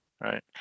right